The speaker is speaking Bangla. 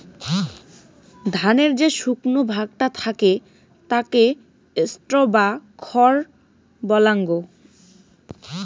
ধানের যে শুকনো ভাগটা থাকে তাকে স্ট্র বা খড় বলাঙ্গ